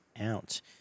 out